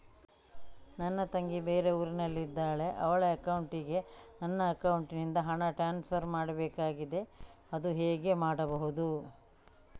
ನನ್ನ ತಂಗಿ ಬೇರೆ ಊರಿನಲ್ಲಿದಾಳೆ, ಅವಳ ಅಕೌಂಟಿಗೆ ನನ್ನ ಅಕೌಂಟಿನಿಂದ ಹಣ ಟ್ರಾನ್ಸ್ಫರ್ ಮಾಡ್ಬೇಕಾಗಿದೆ, ಅದು ಹೇಗೆ ಮಾಡುವುದು?